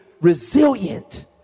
resilient